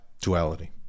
duality